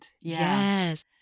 Yes